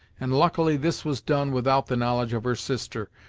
and luckily this was done without the knowledge of her sister,